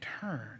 turn